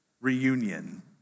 reunion